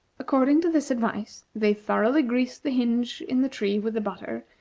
according to this advice, they thoroughly greased the hinge in the tree with the butter,